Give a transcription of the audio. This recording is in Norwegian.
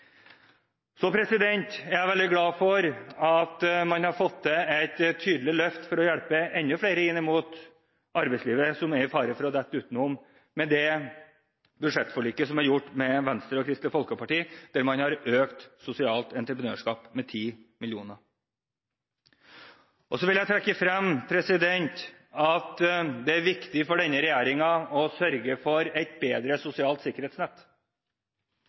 Så er jeg veldig glad for at man i det budsjettforliket som er gjort med Venstre og Kristelig Folkeparti, har fått til et tydelig løft for å hjelpe enda flere som er i fare for å dette utenom, inn i arbeidslivet, ved at man har økt sosialt entreprenørskap med 10 mill. kr. Så vil jeg trekke frem at det er viktig for denne regjeringen å sørge for et bedre sosialt sikkerhetsnett.